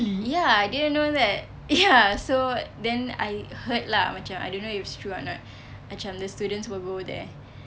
ya I didn't know that ya so then I heard lah macam I don't know if it's true or not macam the students will go there